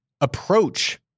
approach